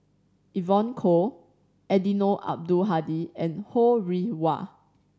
Evon Kow Eddino Abdul Hadi and Ho Rih Hwa